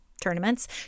tournaments